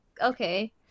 okay